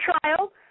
trial